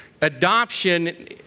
Adoption